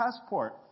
passport